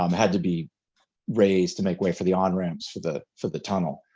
um had to be razed to make way for the on-ramps for the for the tunnel.